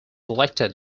elected